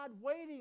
waiting